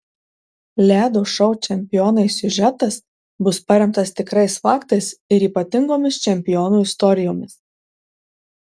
ledo šou čempionai siužetas bus paremtas tikrais faktais ir ypatingomis čempionų istorijomis